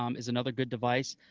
um is another good device,